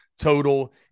total